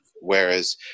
Whereas